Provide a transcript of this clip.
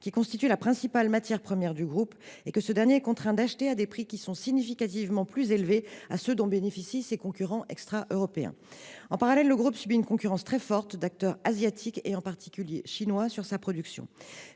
qui constitue la principale matière première du groupe et que ce dernier est contraint d’acheter à des prix significativement supérieurs à ceux dont bénéficient ses concurrents extraeuropéens. En parallèle, le groupe subit sur sa production une concurrence très forte d’acteurs asiatiques, en particulier chinois. L’État